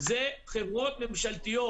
זה חברות ממשלתיות.